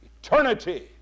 Eternity